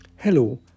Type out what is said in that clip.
Hello